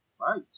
Right